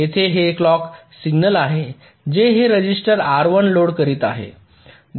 येथे हे clock signal आहे जे हे रजिस्टर R 1 लोड करीत आहे